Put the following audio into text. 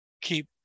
keep